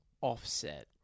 offset